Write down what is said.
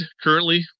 currently